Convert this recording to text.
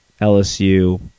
LSU